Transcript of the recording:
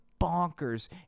bonkers